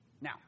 Now